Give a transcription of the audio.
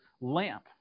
lamp